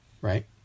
right